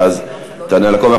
ואז תענה על הכול.